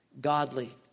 godly